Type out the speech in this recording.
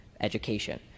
education